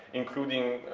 including,